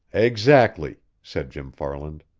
exactly, said jim farland.